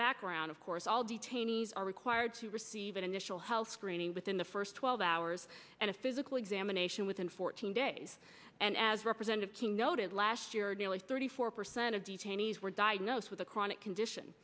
background of course all detainees are required to receive an initial health screening within the first twelve hours and a physical examination within fourteen days and as representative king noted last year nearly thirty four percent of detainees were diagnosed with a chronic condition